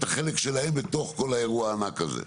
החלק שלהם בתוך כל האירוע הענק הזה?